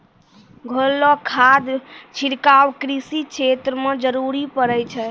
घोललो खाद छिड़काव कृषि क्षेत्र म जरूरी पड़ै छै